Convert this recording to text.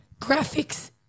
graphics